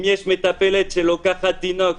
אם יש מטפלת שלוקחת תינוק,